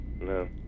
no